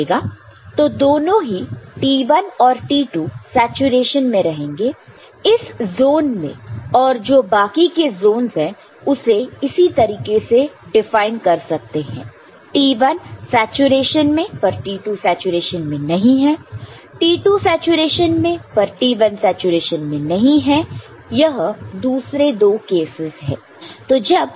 तो दोनों ही T1 और T2 सैचुरेशन में रहेंगे इस जोन में और जो बाकी के जोनस है उसे इसी तरीके से डिफाइन कर सकते हैं T1 सैचुरेशन में पर T2 सैचुरेशन में नहीं है T2 सैचुरेशन में पर T1 सैचुरेशन में नहीं है यह दूसरे दो केसेस है